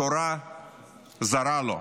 התורה זרה לו.